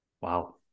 Wow